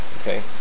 okay